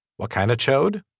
what kind of chode.